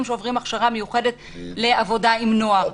שעוברים הכשרה מיוחדת לעבודה עם נוער.